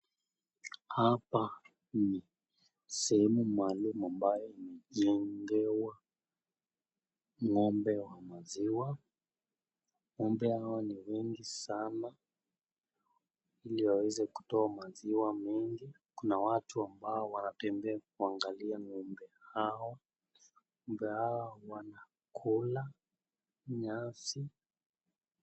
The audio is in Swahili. Hapa ni sehemu maalum ambayo imejengewa ng'ombe wa maziwa, ng'ombe hawa ni wengi sana, ili waweze kutoa maziwa mengi, kuna watu ambao wanatembea kuangalia ng'ombe hawa, ng'ombe hawa wanakula nyasi.